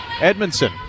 Edmondson